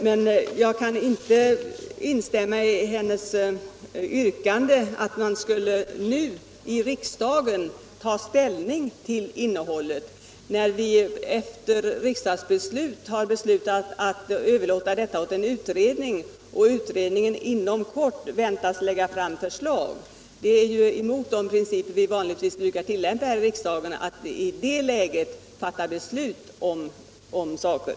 Men jag kan inte instämma i hennes yrkande att man nu i riksdagen skall ta ställning till innehållet, när riksdagen beslutat att överlåta frågan åt en utredning, som inom kort väntas lägga fram ett förslag. Det är ju emot de principer som vi brukar tillämpa här i riksdagen att i ett sådant läge fatta beslut om saker.